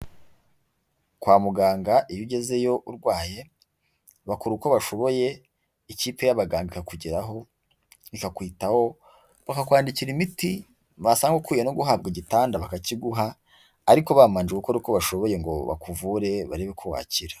Kwa muganga iyo ugezeyo urwaye, bakora uko bashoboye ikipe y'abaganga ikakugeraho ikakwitaho, bakakwandikira imiti, basanga ukwiye no guhabwa igitanda bakakiguha ariko bamanje gukora uko bashoboye ngo bakuvure barebe ko wakira